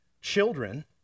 children